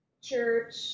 church